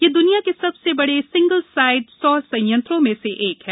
यह द्वनिया के सबसे बड़े सिंगल साइड सौर सयंत्रों में से एक है